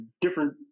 different